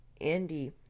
Andy